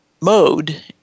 mode